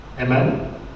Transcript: Amen